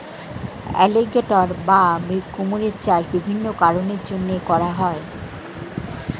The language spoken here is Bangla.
অ্যালিগেটর বা কুমিরের চাষ বিভিন্ন কারণের জন্যে করা হয়